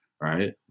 right